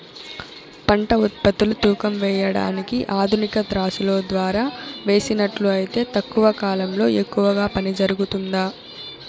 పంట ఉత్పత్తులు తూకం వేయడానికి ఆధునిక త్రాసులో ద్వారా వేసినట్లు అయితే తక్కువ కాలంలో ఎక్కువగా పని జరుగుతుందా?